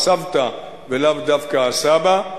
הסבתא ולאו דווקא הסבא.